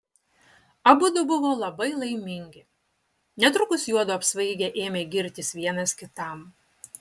abudu buvo labai laimingi netrukus juodu apsvaigę ėmė girtis vienas kitam